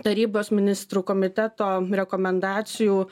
tarybos ministrų komiteto rekomendacijų